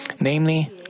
namely